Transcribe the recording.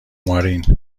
مارین